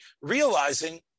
realizing